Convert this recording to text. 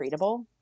treatable